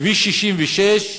כביש 66,